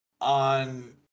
on